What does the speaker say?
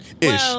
ish